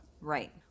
Right